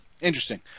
Interesting